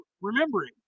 remembering